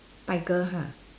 tiger ha